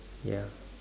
ya